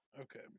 Okay